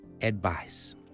advice